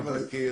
אני מזכיר